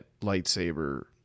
lightsaber